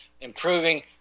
improving